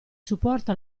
supporto